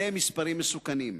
אלה מספרים מסוכנים.